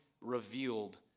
revealed